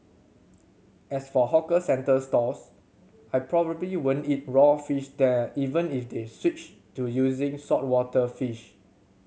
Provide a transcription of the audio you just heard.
as for hawker centre stalls I probably won't eat raw fish there even if they switched to using saltwater fish